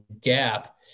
gap